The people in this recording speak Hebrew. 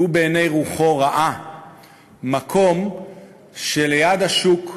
כי הוא ראה בעיני רוחו מקום שליד השוק יש,